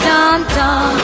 Dum-dum